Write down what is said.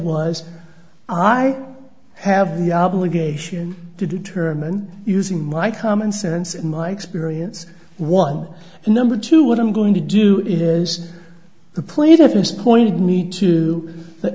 was i have the obligation to determine using my commonsense in my experience one and number two what i'm going to do is the plate at this point me to the